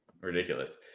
ridiculous